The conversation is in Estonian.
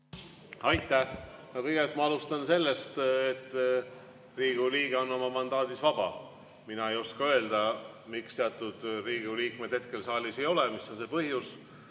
ma alustan sellest, et Riigikogu liige on oma mandaadis vaba. Mina ei oska öelda, miks teatud Riigikogu liikmed hetkel saalis ei ole, mis on see põhjus.